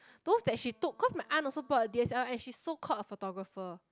those that she took cause my aunt also bought a D_S_L_R and she's so called a photographer